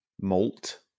Malt